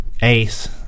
ace